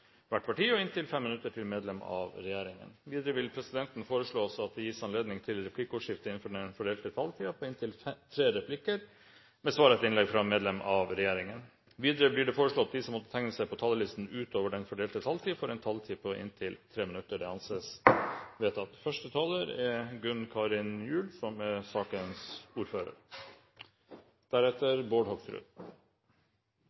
hvert parti og inntil 5 minutter til medlem av regjeringen. Videre vil presidenten foreslå at det gis anledning til replikkordskifte på inntil tre replikker med svar etter innlegg fra medlem av regjeringen innenfor den fordelte taletid. Videre blir det foreslått at de som måtte tegne seg på talerlisten utover den fordelte taletid, får en taletid på inntil 3 minutter. – Det anses vedtatt. Representanten Borghild Tenden fra Venstre har fremmet et forslag som